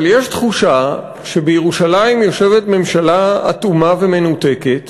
אבל יש תחושה שבירושלים יושבת ממשלה אטומה ומנותקת,